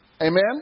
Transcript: Amen